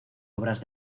obras